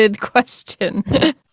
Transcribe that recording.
question